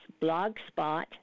Blogspot